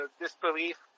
disbelief